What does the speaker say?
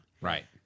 Right